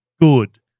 good